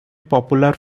popular